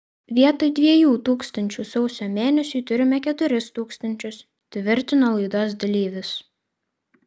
vietoj dviejų tūkstančių sausio mėnesiui turime keturis tūkstančius tvirtino laidos dalyvis